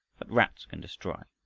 that rats can destroy.